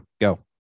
Go